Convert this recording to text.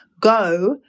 go